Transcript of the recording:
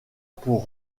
pour